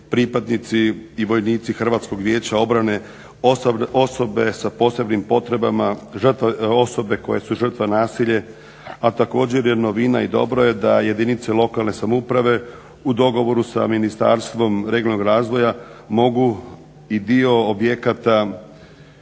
pripadnici i vojnici Hrvatskog vijeća obrane, osobe sa posebnim potrebama, žrtve, osobe koje su žrtve nasilja. A također je novina i dobro je da jedinice lokalne samouprave u dogovoru sa Ministarstvom regionalnog razvoja mogu i dio objekata